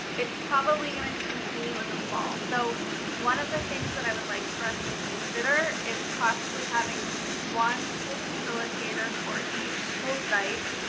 it's probably going to continue in the fall. so one of the things that i would like for us to consider is possibly having one school facilitator for each school site,